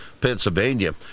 Pennsylvania